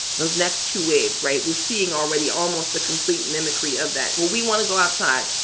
those next two waves, right? we're seeing already almost a complete mimicry of that. well, we want to go outside.